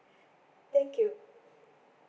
thank you